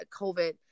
COVID